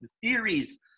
theories